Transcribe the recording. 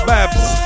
Babs